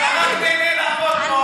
על מה?